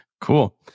Cool